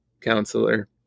counselor